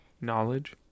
Knowledge